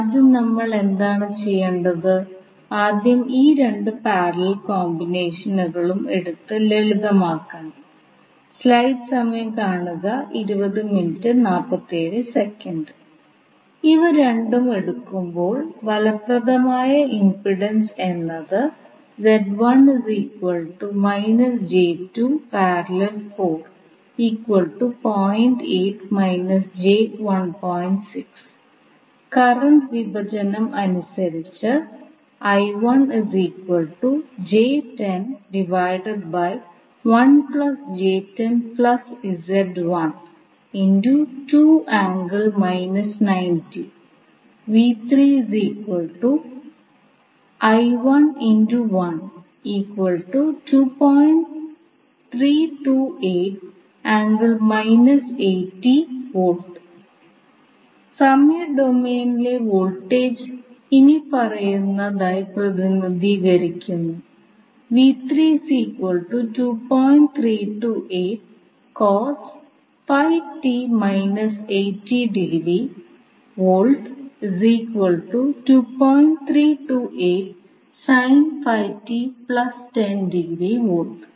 അതിനാൽ നമുക്ക് എഴുതാം ഇത് ലളിതമാക്കുമ്പോൾ നമുക്ക് സമവാക്യം ഇതേപോലെ ലഭിക്കുന്നു വോൾട്ടേജ് ഉറവിടം നോഡ് 1 നും 2 നും ഇടയിൽ ബന്ധിപ്പിച്ചിട്ടുണ്ടെന്ന് നമുക്കറിയാം അവസാന രണ്ട് സമവാക്യങ്ങൾ ഉപയോഗിച്ച് നോഡൽ വിശകലനം ഉപയോഗിച്ച് നിങ്ങൾക്ക് ന്റെ മൂല്യം എളുപ്പത്തിൽ കണ്ടെത്താൻ കഴിയും